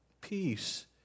peace